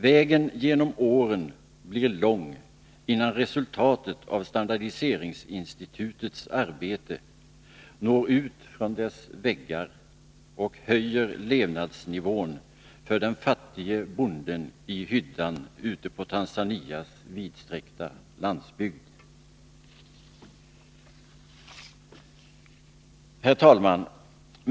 Vägen genom åren blir lång innan resultatet av standardiseringsinstitutets arbete når ut från dess väggar och höjer levnadsnivån för den fattige bonden i hyddan ute på Tanzanias vidsträckta landsbygd. Herr talman!